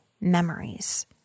memories